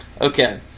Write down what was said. Okay